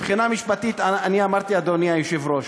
מבחינה משפטית, אמרתי, אדוני היושב-ראש,